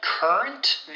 Current